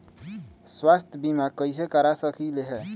स्वाथ्य बीमा कैसे करा सकीले है?